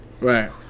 Right